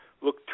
look